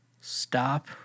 stop